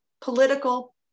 political